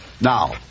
Now